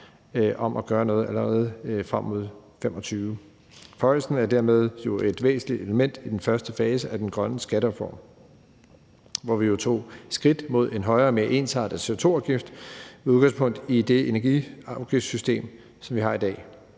om at gøre noget allerede frem mod 2025. Forhøjelsen er dermed et væsentligt element i den første fase af den grønne skattereform, hvor vi tog skridt mod en højere og mere ensartet CO2-afgift med udgangspunkt i det energiafgiftssystem, som vi har i dag.